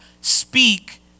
Speak